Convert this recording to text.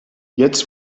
jetzt